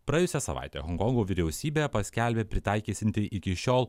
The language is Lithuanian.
praėjusią savaitę honkongo vyriausybė paskelbė pritaikysianti iki šiol